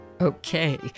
Okay